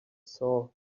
saw